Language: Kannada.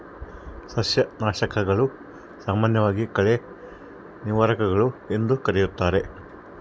ಸಸ್ಯನಾಶಕಗಳು, ಸಾಮಾನ್ಯವಾಗಿ ಕಳೆ ನಿವಾರಕಗಳು ಎಂದೂ ಕರೆಯುತ್ತಾರೆ